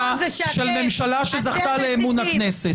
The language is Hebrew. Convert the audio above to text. קצת צניעות.